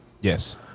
Yes